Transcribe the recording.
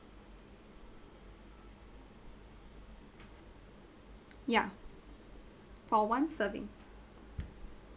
ya for one serving